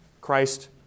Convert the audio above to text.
Christ